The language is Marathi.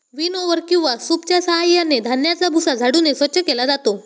विनओवर किंवा सूपच्या साहाय्याने धान्याचा भुसा झाडून स्वच्छ केला जातो